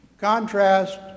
Contrast